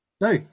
no